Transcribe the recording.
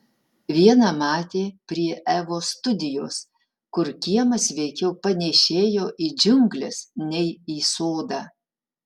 vieną matė prie evos studijos kur kiemas veikiau panėšėjo į džiungles nei į sodą